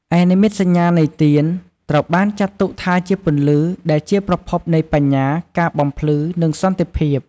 ឯនិមិត្តសញ្ញានៃទៀន ត្រូវបានចាត់ទុកថាជា "ពន្លឺ" ដែលជាប្រភពនៃបញ្ញា ការបំភ្លឺ និងសន្តិភាព។